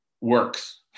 works